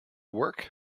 work